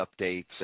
updates